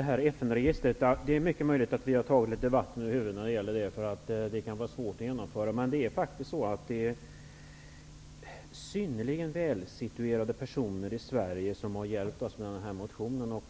Herr talman! Det är mycket möjligt att vi har tagit oss vatten över huvudet när det gäller det FN register vi har föreslagit. Det kan vara svårt att genomföra. Men det är synnerligen välinsatta personer i Sverige som har hjälpt oss med motionen.